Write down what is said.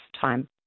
time